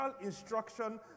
instruction